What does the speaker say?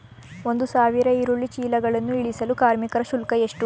ಒಂದು ಸಾವಿರ ಈರುಳ್ಳಿ ಚೀಲಗಳನ್ನು ಇಳಿಸಲು ಕಾರ್ಮಿಕರ ಶುಲ್ಕ ಎಷ್ಟು?